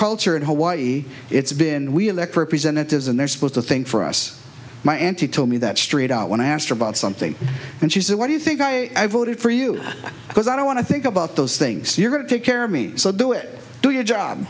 culture in hawaii it's been we elect representatives and they're supposed to think for us my auntie told me that straight out when i asked her about something and she said why do you think i voted for you because i don't want to think about those things you're going to take care of me so do it do your job